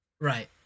Right